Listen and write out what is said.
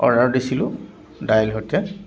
order দিছিলোঁ দাইল সৈতে